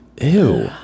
Ew